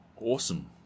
awesome